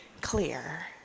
clear